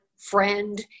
friend